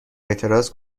اعتراض